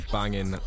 banging